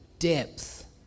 depth